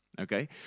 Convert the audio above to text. okay